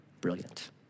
Brilliant